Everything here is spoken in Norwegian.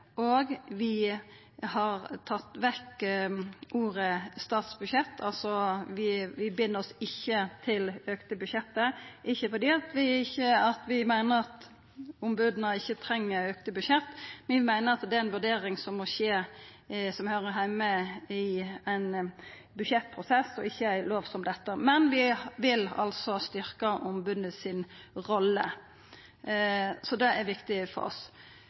at vi har tatt vekk orda «lokalisering» og «statsbudsjett». Vi bind oss altså ikkje til auka budsjett. Det er ikkje fordi vi meiner at ombodet ikkje treng auka budsjett, men vi meiner det er ei vurdering som høyrer heime i ein budsjettprosess og ikkje i ei lov som dette. Men vi vil altså styrkja ombodet si rolle. Det er viktig for oss.